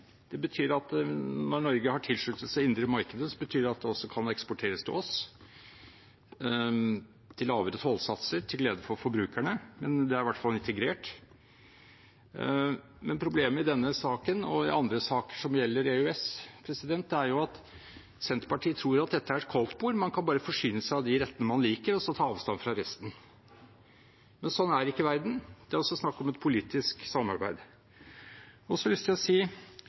Det betyr at når Norge har tilsluttet seg det indre markedet, kan det også eksporteres til oss, til lavere tollsatser, til glede for forbrukerne. Det er i hvert fall integrert. Men problemet i denne saken og i andre saker som gjelder EØS, er jo at Senterpartiet tror at dette er et koldtbord – man kan bare forsyne seg av de rettene man liker, og så ta avstand fra resten. Men sånn er ikke verden. Det er også snakk om et politisk samarbeid. Jeg har også lyst til å si,